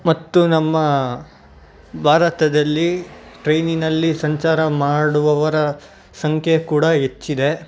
ಮತ್ತು ನಮ್ಮ ಭಾರತದಲ್ಲಿ ಟ್ರೈನಿನಲ್ಲಿ ಸಂಚಾರ ಮಾಡುವವರ ಸಂಖ್ಯೆ ಕೂಡ ಹೆಚ್ಚಿದೆ